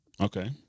Okay